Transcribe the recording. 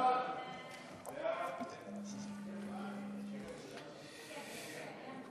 סעיפים 1 2 נתקבלו.